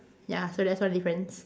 ya so that's one difference